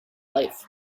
life